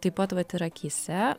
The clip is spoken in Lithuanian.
taip pat vat ir akyse